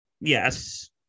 Yes